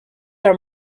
are